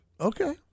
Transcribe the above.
Okay